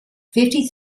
fifty